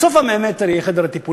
אז בסוף 100 המטר יהיה חדר הטיפולים,